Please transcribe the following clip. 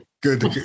good